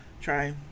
Try